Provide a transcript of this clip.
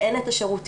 אין את השירותים,